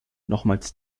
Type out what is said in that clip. nochmals